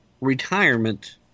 retirement